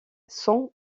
san